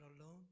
alone